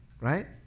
Right